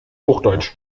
hochdeutsch